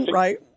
right